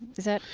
is that,